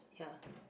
ya